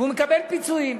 והוא מקבל פיצויים.